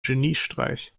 geniestreich